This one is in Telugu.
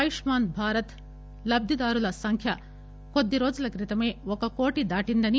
ఆయుష్మాన్ భారత్ లబ్లిదారుల సంఖ్య కొద్లిరోజుల క్రితమే ఒక కోటి దాటిందని